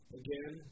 again